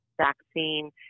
vaccine